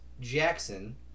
Jackson